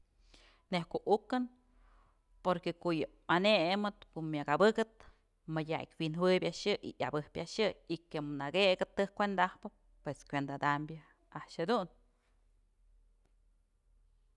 Nejk ko'o ukën porque ko'o yë anëmëp ko'o myak abëkëp mëdyak wi'in jëwëb a'ax yë y yabëjpyë a'ax yë y këm nëkëkëp tëjk kuenda ajpë pues kuenda adamyë a'ax jedun.